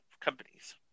companies